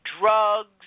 drugs